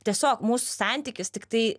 tiesiog mūsų santykis tiktai